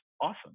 awesome